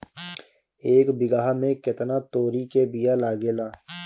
एक बिगहा में केतना तोरी के बिया लागेला?